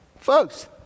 Folks